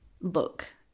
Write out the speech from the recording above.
look